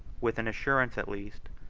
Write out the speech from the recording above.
with an assurance, at least,